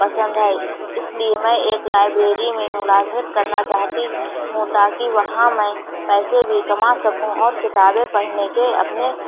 پسند ہے اس لیے میں ایک لائبریری میں ملازمت کرنا چاہتی ہوں تاکہ وہاں میں پیسے بھی کما سکوں اور کتابیں پڑھنے کے اپنے